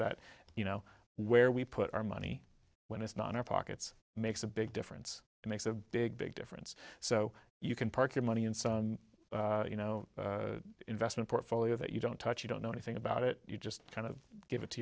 that you know where we put our money when it's not in our pockets makes a big difference makes a big big difference so you can park your money in some you know investment portfolio that you don't touch you don't know anything about it you just kind of give it to